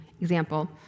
example